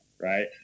Right